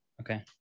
Okay